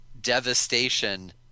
devastation